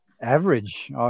average